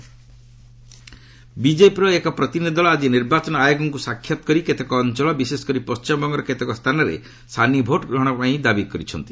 BJP repolling ବିଜେପିର ଏକ ପ୍ରତିନିଧି ଦଳ ଆଜି ନିର୍ବାଚନ ଆୟୋଗଙ୍କୁ ସାକ୍ଷାତ୍ କରି କେତେକ ଅଞ୍ଚଳ ବିଶେଷକରି ପଣ୍ଟିମବଙ୍ଗର କେତେକ ସ୍ଥାନରେ ସାନି ଭୋଟ୍ଗ୍ରହଣ ପାଇଁ ଦାବି କରିଛନ୍ତି